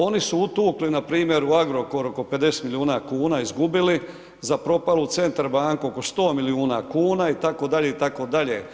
Oni su utukli npr. u Agrokor oko 50 milijuna kuna, izgubili, za propalu Centar banku oko 100 milijuna kuna, itd., itd.